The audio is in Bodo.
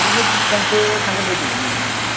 ओरैनो बेसेबांसो थांगोन बायदि मोनदों नोंलाय